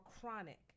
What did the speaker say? chronic